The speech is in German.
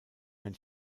ein